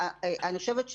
אני חושבת,